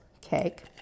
cake